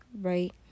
right